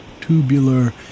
tubular